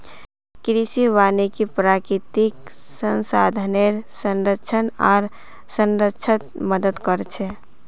कृषि वानिकी प्राकृतिक संसाधनेर संरक्षण आर संरक्षणत मदद कर छे